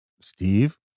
Steve